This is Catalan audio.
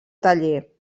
taller